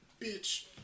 Bitch